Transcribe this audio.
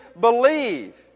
believe